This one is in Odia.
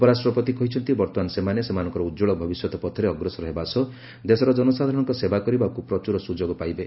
ଉପରାଷ୍ଟ୍ରପତି କହିଛନ୍ତି ବର୍ତ୍ତମାନ ସେମାନେ ସେମାନଙ୍କର ଉଜ୍ଜଳ ଭବିଷ୍ୟତ ପଥରେ ଅଗ୍ରସର ହେବା ସହ ଦେଶର ଜନସାଧାରଣଙ୍କ ସେବା କରିବାକୁ ପ୍ରଚୁର ସୁଯୋଗ ପାଇବେ